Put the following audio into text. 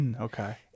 okay